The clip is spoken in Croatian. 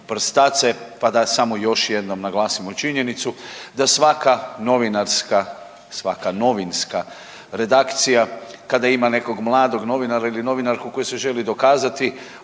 pa da samo još jednom naglasimo činjenicu da svaka novinarska, svaka novinska redakcija kada ima nekog mladog novinara ili novinarsku kada se želi dokazati